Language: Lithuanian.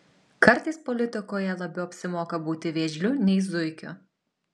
kartais politikoje labiau apsimoka būti vėžliu nei zuikiu